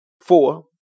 four